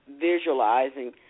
visualizing